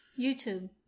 YouTube